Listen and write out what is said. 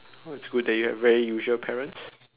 oh it's good that you have very usual parents